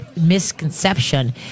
misconception